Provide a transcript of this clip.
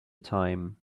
time